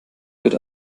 wird